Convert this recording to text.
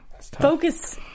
focus